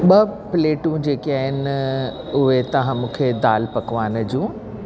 ॿ प्लेटूं जेके आहिनि उहे तव्हां मूंखे दालि पकवान जूं